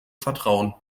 vertrauen